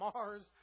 Mars